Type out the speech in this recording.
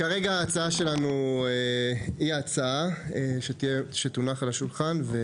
כרגע ההצעה שלנו היא ההצעה שתונח על השולחן.